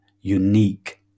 unique